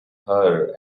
her